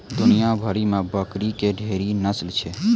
दुनिया भरि मे बकरी के ढेरी नस्ल छै